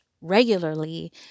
regularly